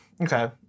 Okay